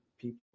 people